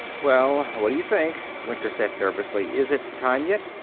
well, what do you think? winter said nervously. is it time yet?